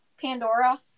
Pandora